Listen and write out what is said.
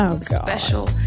special